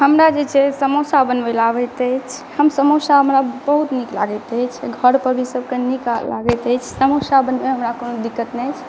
हमरा जे छै समोसा बनबय लए आबैत अछि हम समोसा हमरा बहुत नीक लागैत अछि घर पर भी सबके नीक लागैत अछि समोसा बनबय मे हमरा कोनो दिक्कत नहि अछि